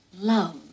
love